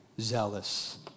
zealous